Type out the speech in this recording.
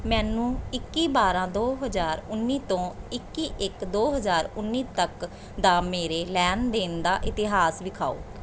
ਮੈਨੂੰ ਇੱਕੀ ਬਾਰਾਂ ਦੋ ਹਜ਼ਾਰ ਉੱਨੀ ਤੋਂ ਇੱਕੀ ਇੱਕ ਦੋ ਹਜ਼ਾਰ ਉੱਨੀ ਤੱਕ ਦਾ ਮੇਰੇ ਲੈਣ ਦੇਣ ਦਾ ਇਤਿਹਾਸ ਦਿਖਾਓ